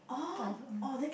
private one